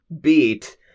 Beat